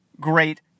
great